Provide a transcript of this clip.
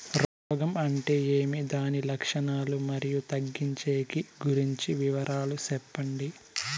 రోగం అంటే ఏమి దాని లక్షణాలు, మరియు తగ్గించేకి గురించి వివరాలు సెప్పండి?